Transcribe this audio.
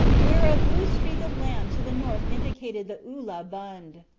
where a blue streak of land to the north indicated the ullah bund.